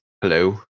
hello